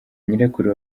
nyirakuru